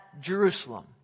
Jerusalem